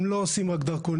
הם לא עושים רק דרכונים.